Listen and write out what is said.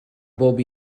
bob